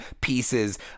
pieces